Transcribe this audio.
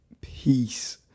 peace